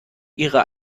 ihrer